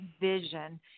vision